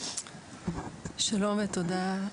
שלום ותודה.